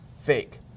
Fake